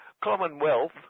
commonwealth